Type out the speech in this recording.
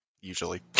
usually